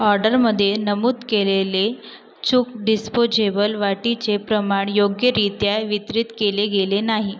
ऑर्डरमध्ये नमूद केलेले चूक डिस्पोजेबल वाटीचे प्रमाण योग्यरित्या वितरित केले गेले नाही